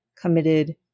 committed